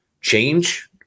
change